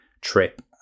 trip